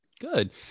Good